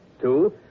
Two